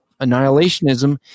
annihilationism